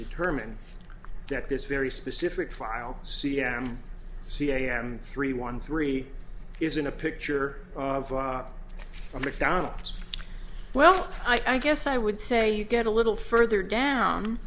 determine that this very specific file c m c m three one three is in a picture of a mcdonald's well i guess i would say you get a little further down